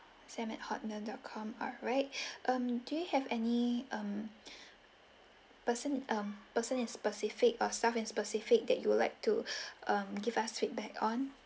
sam at hotmail dot com alright um do you have any um person um person in specific our staff in specific that you would like to um give us feedback on